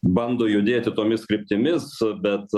bando judėti tomis kryptimis bet